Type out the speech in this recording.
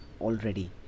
already